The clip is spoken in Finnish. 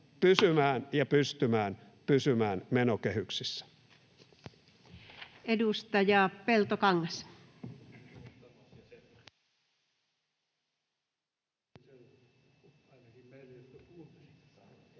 koputtaa] ja pystymään pysymään menokehyksissä.